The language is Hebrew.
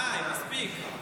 מספיק, מאי, מספיק.